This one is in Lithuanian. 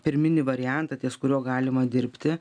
pirminį variantą ties kuriuo galima dirbti